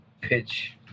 pitch